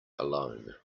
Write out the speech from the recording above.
alone